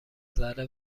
ذره